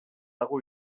dago